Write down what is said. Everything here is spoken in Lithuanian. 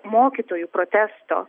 mokytojų protesto